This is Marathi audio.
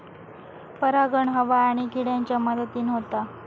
परागण हवा आणि किड्यांच्या मदतीन होता